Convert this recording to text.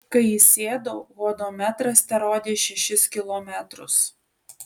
kai įsėdau hodometras terodė šešis kilometrus